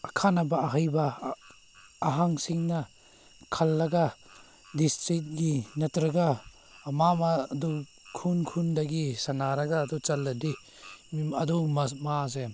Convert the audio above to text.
ꯑꯈꯟꯅꯕ ꯑꯍꯩꯕ ꯑꯍꯟꯁꯤꯡꯅ ꯈꯜꯂꯒ ꯗꯤꯁꯇ꯭ꯔꯤꯛꯀꯤ ꯅꯠꯇ꯭ꯔꯒ ꯑꯃ ꯑꯃꯗꯨ ꯈꯨꯟ ꯈꯨꯟꯗꯒꯤ ꯁꯥꯟꯅꯔꯒ ꯑꯗꯨ ꯆꯠꯂꯗꯤ ꯑꯗꯨ ꯃꯥꯁꯦ